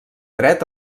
dret